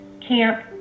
camp